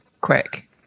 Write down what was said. quick